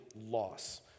loss